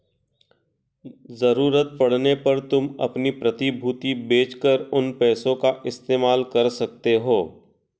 ज़रूरत पड़ने पर तुम अपनी प्रतिभूति बेच कर उन पैसों का इस्तेमाल कर सकते हो